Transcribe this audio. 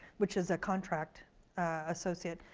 which is a contract associate,